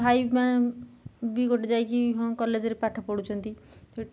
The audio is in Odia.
ଭାଇମାନେ ବି ଗୋଟେ ଯାଇକି ହଁ କଲେଜ୍ରେ ପାଠ ପଢ଼ୁଛନ୍ତି